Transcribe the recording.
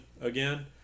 again